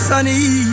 Sunny